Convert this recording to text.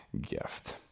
gift